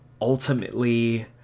ultimately